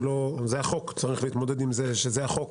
והחוק צריך להתמודד עם זה כי זה החוק.